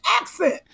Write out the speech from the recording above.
accent